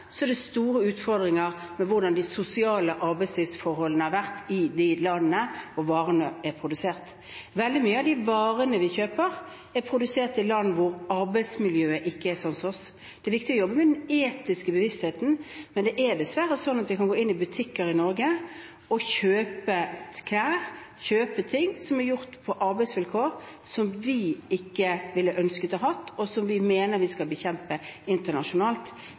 er det store utfordringer med hensyn til hvordan de sosiale arbeidslivsforholdene har vært i de landene hvor varene er produsert. Veldig mye av de varene vi kjøper, er produsert i land hvor arbeidsmiljøet ikke er som hos oss. Det er viktig å jobbe med den etiske bevisstheten, men det er dessverre sånn at vi kan gå inn i butikker i Norge og kjøpe klær, kjøpe ting som er laget under arbeidsvilkår som vi ikke ville ønsket å ha, og som vi mener vi skal bekjempe internasjonalt.